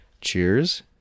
cheers